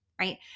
right